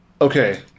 okay